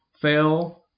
fail